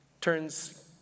turns